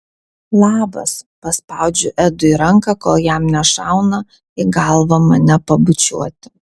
labas paspaudžiu edui ranką kol jam nešauna į galvą mane pabučiuoti